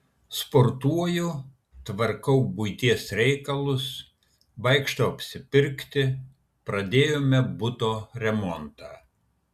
sportuoju tvarkau buities reikalus vaikštau apsipirkti pradėjome buto remontą